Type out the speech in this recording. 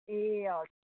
ए हजुर